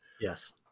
Yes